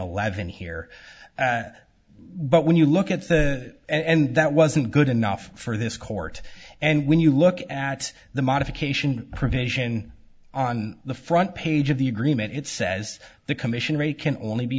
eleven here but when you look at the end that wasn't good enough for this court and when you look at the modification provision on the front page of the agreement it says the commissioner a can only be